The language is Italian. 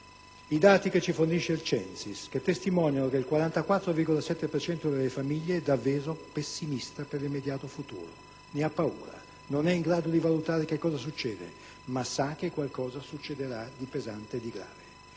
i dati che ci fornisce il CENSIS, che testimoniano che il 44,7 per cento delle famiglie è - davvero - pessimista per l'immediato futuro, ne ha paura, non è in grado di valutare cosa succede, ma sa che qualcosa succederà di pesante e di grave;